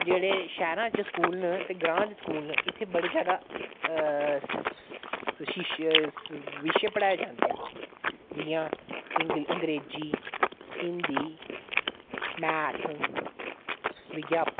जेह्ड़े शैह्रां च स्कूल न ते ग्रांऽ च स्कूल न इत्थे बड़े ज्यादा विशे पढ़ाए जांदे न जियां इंग अंग्रेजी हिंदी मैथ विज्ञापन